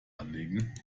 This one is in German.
anlegen